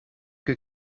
que